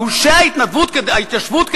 גושי ההתיישבות,